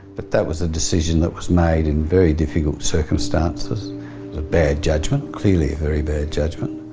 but that was a decision that was made in very difficult circumstances. a bad judgment, clearly a very bad judgment,